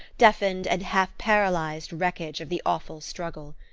deafened and half-paralyzed wreckage of the awful struggle.